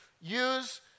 Use